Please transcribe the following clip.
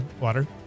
water